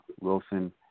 Wilson